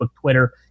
Twitter